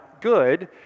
good